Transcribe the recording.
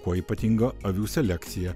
kuo ypatinga avių selekcija